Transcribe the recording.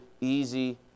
easy